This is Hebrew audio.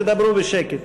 תדברו בשקט.